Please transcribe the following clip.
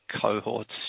cohorts